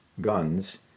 guns